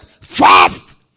fast